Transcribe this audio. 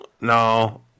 No